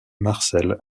marcel